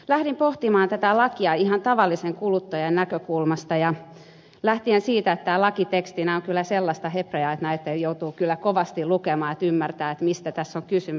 lähdin pohtimaan tätä lakia ihan tavallisen kuluttajan näkökulmasta ja lähtien siitä että tämä laki tekstinä on kyllä sellaista hepreaa että tätä joutuu kovasti lukemaan että ymmärtää mistä tässä on kysymys